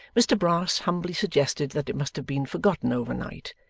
mr brass humbly suggested that it must have been forgotten over night,